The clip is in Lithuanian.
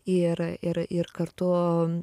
ir ir ir kartu